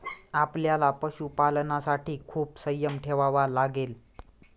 आपल्याला पशुपालनासाठी खूप संयम ठेवावा लागेल